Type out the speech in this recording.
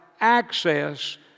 access